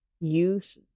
use